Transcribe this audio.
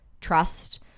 trust